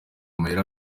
amahera